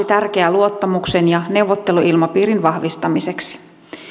tärkeää luottamuksen ja neuvotteluilmapiirin vahvistamiseksi